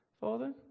Father